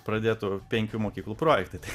pradėtų penkių mokyklų projektai tai